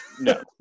no